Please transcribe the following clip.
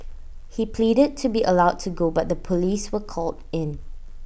he pleaded to be allowed to go but the Police were called in